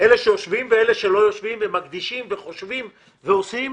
מקדישים זמן, חושבים ועושים,